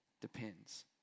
depends